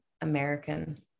American